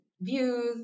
views